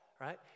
right